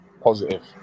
positive